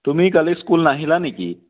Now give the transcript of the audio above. তুমি কালি স্কুল নাহিলা নেকি